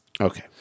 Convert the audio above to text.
Okay